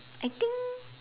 I think